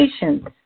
patients